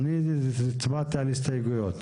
הצבעתי על ההסתייגויות.